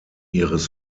ihres